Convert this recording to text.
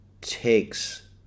takes